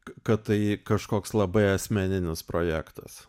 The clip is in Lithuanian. kad tai kažkoks labai asmeninis projektas